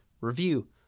review